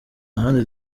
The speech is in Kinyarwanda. handi